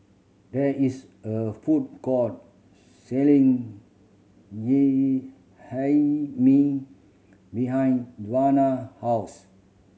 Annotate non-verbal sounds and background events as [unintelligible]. there is a food court selling [unintelligible] Hae Mee behind Joana house